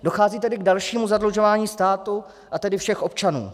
Dochází tedy k dalšímu zadlužování státu, a tedy všech občanů.